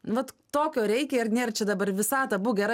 nu vat tokio reikia ir nėr čia dabar visata būk gera